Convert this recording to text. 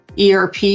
ERP